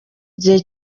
igihe